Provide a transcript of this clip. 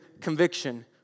conviction